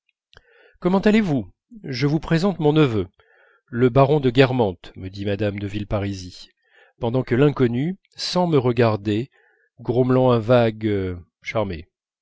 comment allez-vous je vous présente mon neveu le baron de guermantes me dit mme de villeparisis pendant que l'inconnu sans me regarder grommelant un vague charmé